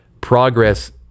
progress